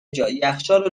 جا، یخچال